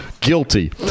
Guilty